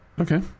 Okay